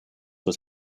was